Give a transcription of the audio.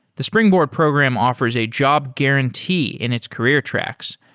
the springboard program offers a job guarantee in its career tracks,